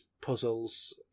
puzzles